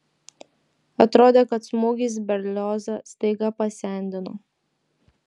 atrodė kad smūgis berliozą staiga pasendino